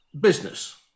business